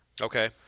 Okay